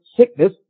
sickness